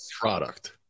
product